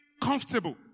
comfortable